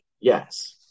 yes